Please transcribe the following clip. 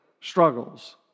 struggles